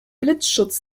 blitzschutz